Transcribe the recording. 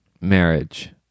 marriage